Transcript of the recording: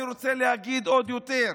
אני רוצה להגיד עוד יותר: